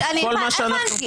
תתבייש, פינדרוס.